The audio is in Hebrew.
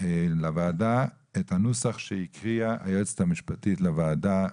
הוועדה את הנוסח שהקריאה היועצת המשפטית לוועדה,